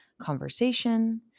conversation